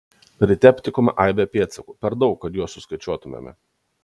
ryte aptikome aibę pėdsakų per daug kad juos suskaičiuotumėme